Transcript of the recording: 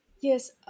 Yes